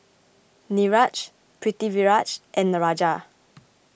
Niraj Pritiviraj and Raja